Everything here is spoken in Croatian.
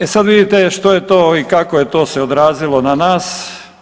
E sad vidite što je to i kako je to se odrazilo na nas.